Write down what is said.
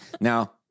Now